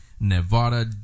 nevada